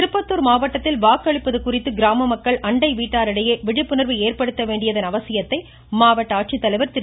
திருப்பத்தூர் மாவட்டத்தில் வாக்களிப்பது குறித்து கிராம மக்கள் அண்டை வீட்டாரிடையே விழிப்புணா்வு ஏற்படுத்த வேண்டியதன் அவசியத்தை மாவட்ட ஆட்சித்தலைவர் திரு